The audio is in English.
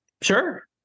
Sure